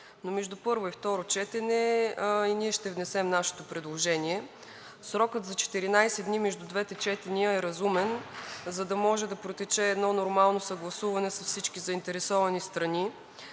но между първо и второ четене и ние ще внесем нашето предложение. Срокът за 14 дни между двете четения е разумен, за да може да протече едно нормално съгласуване с всички заинтересовани страни.